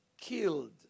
killed